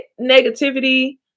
negativity